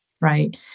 right